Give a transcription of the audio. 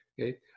okay